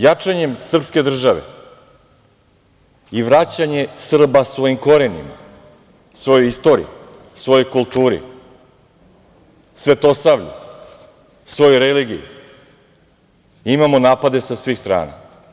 Jačanjem srpske države i vraćanje Srba svojim korenima, svojoj istoriji, svojoj kulturi, svetosavlju, svojoj religiji, imamo napade sa svih strana.